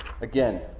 Again